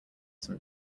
some